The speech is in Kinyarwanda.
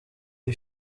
iyi